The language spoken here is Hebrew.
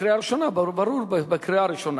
בקריאה הראשונה, ברור בקריאה הראשונה.